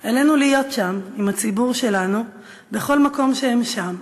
עלינו להיות שם, עם הציבור שלנו בכל מקום שהם שם,